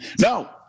No